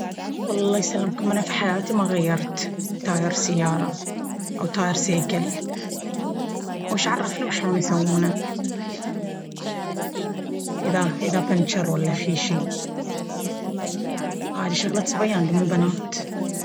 والله يسلمكم أنا في حياتي ما غيرت… تاير سيارة أو تاير سيكل وش عرفني وشلون يسوونه؟ إذا بنجر ولا فيه شي... هادي شغلة صبيان دي مو بنات!